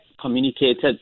communicated